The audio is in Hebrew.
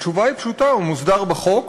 התשובה היא פשוטה: הוא מוסדר בחוק,